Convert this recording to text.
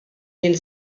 den